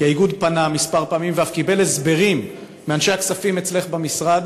כי האיגוד פנה כמה פעמים ואף קיבל הסברים מאנשי הכספים אצלך במשרד,